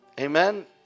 amen